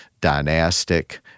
dynastic